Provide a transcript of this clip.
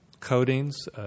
coatings